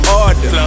order